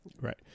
Right